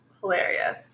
hilarious